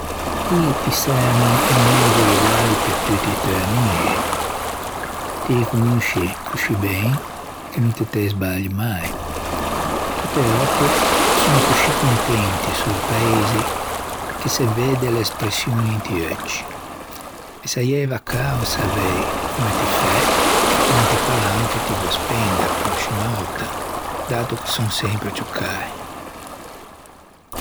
Ti ti çerni i megio regalli pe tutti i teu amixi, ti i conosci coscì ben, che no ti te sbagli mai. Tutte e òtte son coscì contenti e sorpreisi che se vedde l'esprescion inti euggi. Me saieiva cao savei comme ti fæ e quante palanche ti veu spende a pròscima òtta, dato che son sempre ciù cäi